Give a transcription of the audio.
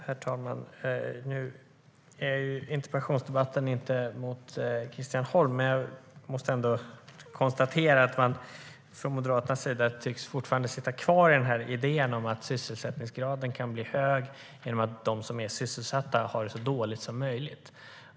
Herr talman! Nu är interpellationsdebatten inte riktad mot Christian Holm, men jag måste ändå konstatera att man från Moderaternas sida fortfarande tycks sitta kvar i idén om att sysselsättningsgraden kan bli hög genom att de som är sysselsatta har det så dåligt som möjligt.